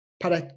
para